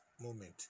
moment